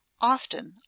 often